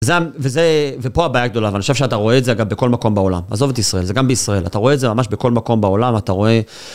וזה, ופה הבעיה הגדולה, ואני חושב שאתה רואה את זה אגב בכל מקום בעולם. עזוב את ישראל, זה גם בישראל, אתה רואה את זה ממש בכל מקום בעולם, אתה רואה...